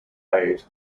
aid